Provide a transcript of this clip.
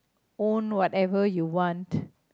own whatever you want